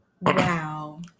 Wow